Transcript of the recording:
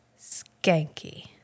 skanky